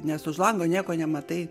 nes už lango nieko nematai